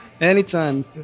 anytime